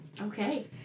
Okay